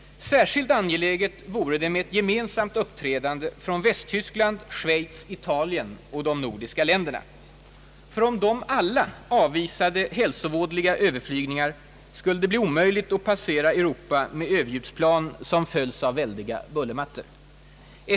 Särskilt angeläget vore ett gemensamt uppträdande från Västtyskland, Schweiz, Italien och de nordiska länderna. Om de alla avvisade hälsovådliga överflygningar, skulle det bli omöjligt att passera Europa med överljudsplan som följs av väldiga bullermattor.